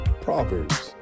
Proverbs